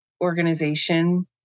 organization